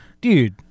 Dude